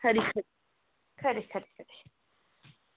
खरी खरी खरी